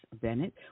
Bennett